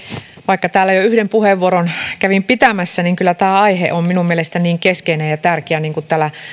vaikka täällä jo yhden puheenvuoron kävin pitämässä niin kyllä tämä aihe on minun mielestäni niin keskeinen ja tärkeä niin kuin täällä